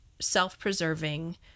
self-preserving